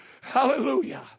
Hallelujah